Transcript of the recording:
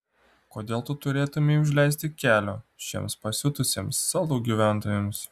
kodėl tu turėtumei užleisti kelio šiems pasiutusiems salų gyventojams